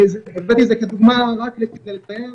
הבאתי את זה כדוגמה רק כדי לציין